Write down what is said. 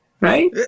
right